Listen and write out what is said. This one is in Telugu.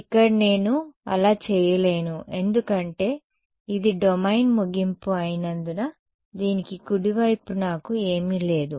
ఇక్కడ నేను అలా చేయలేను ఎందుకంటే ఇది డొమైన్ ముగింపు అయినందున దీనికి కుడివైపు నాకు ఏమీ లేదు